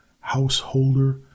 householder